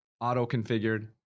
auto-configured